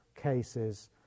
cases